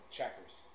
checkers